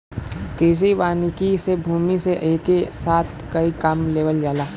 कृषि वानिकी से भूमि से एके साथ कई काम लेवल जाला